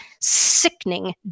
sickening